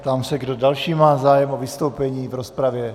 Ptám se, kdo další má zájem o vystoupení v rozpravě.